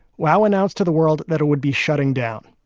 wow announced to the world that it would be shutting down.